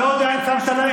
אני לא יודע אם שמת לב,